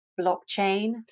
blockchain